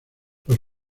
los